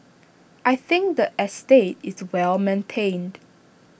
I think the estate is well maintained